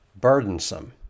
burdensome